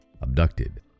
abducted